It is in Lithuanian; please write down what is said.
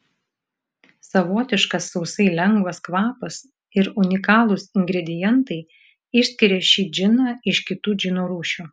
savotiškas sausai lengvas kvapas ir unikalūs ingredientai išskiria šį džiną iš kitų džino rūšių